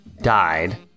died